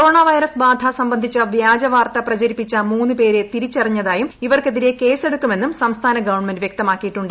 corona virus ബാധ സംബന്ധിച്ച വ്യാജവാർത്ത പ്രചരിപ്പിച്ച മൂന്നു പേരെ തിരിച്ചറിഞ്ഞതായും ഇവർക്കെതിരെ കേസെടുക്കുമെന്നും സംസ്ഥാന ഗവൺമെന്റ് വ്യക്തമാക്കിയിട്ടുണ്ട്